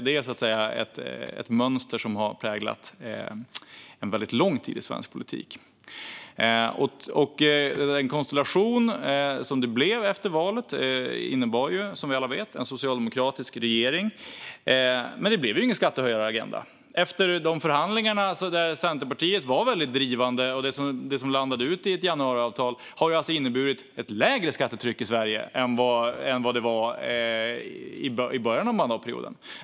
Det är ett mönster som har präglat en väldigt lång tid i svensk politik. Den konstellation som det blev efter valet innebar, som vi alla vet, en socialdemokratisk regering. Men det blev ingen skattehöjaragenda. Förhandlingarna, där Centerpartiet var väldigt drivande, som landande i ett januariavtal har inneburit ett lägre skattetryck i Sverige än vad det var i början av mandatperioden.